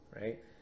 right